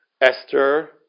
Esther